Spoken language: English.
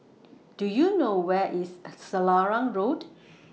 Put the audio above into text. Do YOU know Where IS Selarang Road